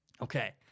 Okay